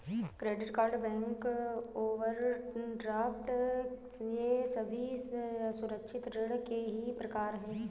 credit card bank overdraft ये सभी असुरक्षित ऋण के ही प्रकार है